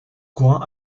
gouin